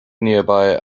nearby